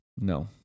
no